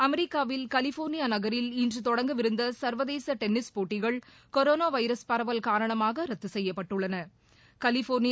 அமெரிக்காவில் கலிபோர்னியாநகரில் இன்றுதொடங்கவிருந்தசர்வதேசடென்னிஸ் போட்டிகள் கொரோனாவைரஸ் பரவல் காரணமாகரத்துசெய்யப்பட்டுள்ளன